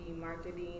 marketing